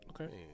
Okay